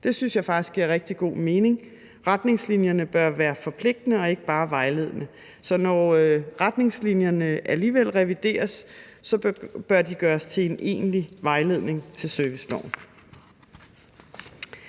Det synes jeg faktisk giver rigtig god mening. Retningslinjerne bør være forpligtende og ikke bare vejledende. Så når retningslinjerne alligevel revideres, bør de gøres til en egentlig vejledning til serviceloven.